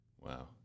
Wow